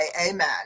amen